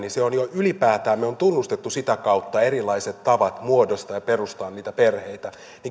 olemme ylipäätään tunnustaneet sitä kautta erilaiset tavat muodostaa ja perustaa niitä perheitä